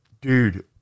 Dude